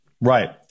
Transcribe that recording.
Right